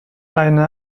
eine